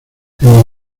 emigró